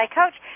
coach